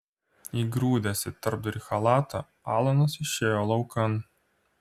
įgrūdęs į tarpdurį chalatą alanas išėjo laukan